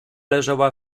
leżała